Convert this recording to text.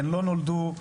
הן לא נולדו אצלי,